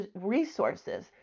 resources